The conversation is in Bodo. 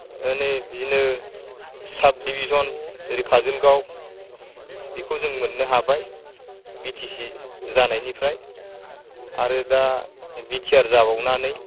माने बिदिनो साब डिभिजन ओरै काजलगाव बेखौ जों मोननो हाबाय बिटिसि जानायनिफ्राय आरो दा बिटिआर जाबावनानै